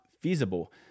feasible